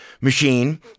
machine